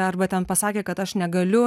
arba ten pasakė kad aš negaliu